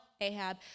Ahab